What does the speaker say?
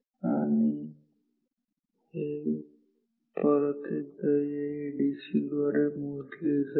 आणि हे परत एकदा या एडीसी द्वारे मोजले जाईल